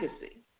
Legacy